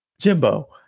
Jimbo